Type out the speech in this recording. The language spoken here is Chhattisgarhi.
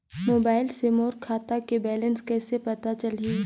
मोबाइल मे मोर खाता के बैलेंस कइसे पता चलही?